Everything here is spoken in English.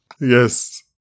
Yes